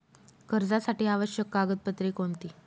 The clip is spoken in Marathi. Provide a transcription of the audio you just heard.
कर्जासाठी आवश्यक कागदपत्रे कोणती?